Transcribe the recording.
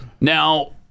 now